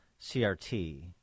CRT